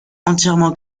entièrement